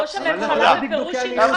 אני לא יודע מי מפריע לי לדבר.